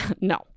no